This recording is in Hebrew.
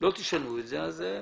לא תשנו את זה, בסדר,